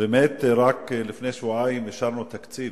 באמת רק לפני שבועיים אישרנו תקציב,